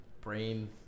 brain